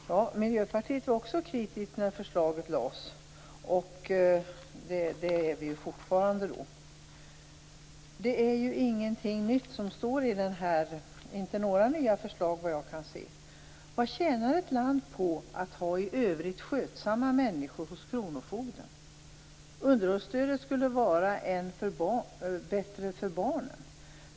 Herr talman! Miljöpartiet var också kritiskt när förslaget lades fram. Det är vi fortfarande. Det är ingenting nytt här, inte några nya förslag, såvitt jag kan se. Vad tjänar ett land på att ha i övrigt skötsamma människor hos kronofogden? Underhållsstödet skulle vara bättre för barnen.